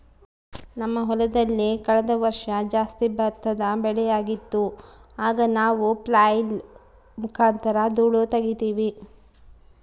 ನಮ್ಮ ಹೊಲದಲ್ಲಿ ಕಳೆದ ವರ್ಷ ಜಾಸ್ತಿ ಭತ್ತದ ಬೆಳೆಯಾಗಿತ್ತು, ಆಗ ನಾವು ಫ್ಲ್ಯಾಯ್ಲ್ ಮುಖಾಂತರ ಧೂಳು ತಗೀತಿವಿ